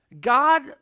God